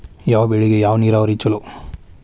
ಯಾವ ಬೆಳಿಗೆ ಯಾವ ನೇರಾವರಿ ಛಲೋ?